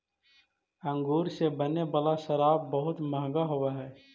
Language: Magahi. अंगूर से बने वाला शराब बहुत मँहगा होवऽ हइ